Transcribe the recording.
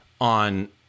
on